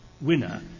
winner